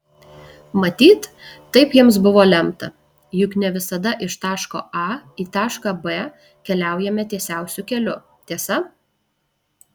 matyt taip jiems buvo lemta juk ne visada iš taško a į tašką b keliaujame tiesiausiu keliu tiesa